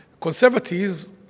conservatives